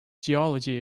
geology